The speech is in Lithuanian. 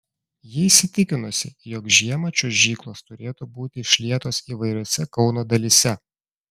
ji įsitikinusi jog žiemą čiuožyklos turėtų būti išlietos įvairiose kauno dalyse